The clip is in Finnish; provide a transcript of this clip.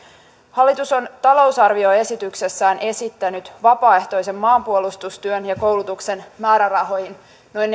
hallitus on talousarvioesityksessään esittänyt vapaaehtoisen maanpuolustustyön ja koulutuksen määrärahoihin noin